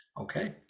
okay